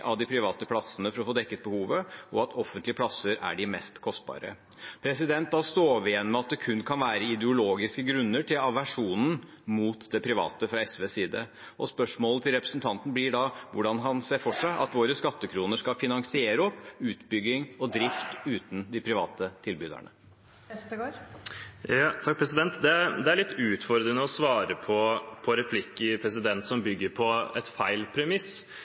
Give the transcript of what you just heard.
av de private plassene for å få dekket behovet, og at offentlige plasser er de mest kostbare. Da står vi igjen med at det kun kan være ideologiske grunner til aversjonen mot det private fra SVs side. Spørsmålet til representanten blir da: Hvordan ser han for seg at våre skattekroner skal finansiere utbygging og drift uten de private tilbyderne? Det er litt utfordrende å svare på replikker som bygger på et feil premiss,